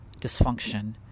dysfunction